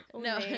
No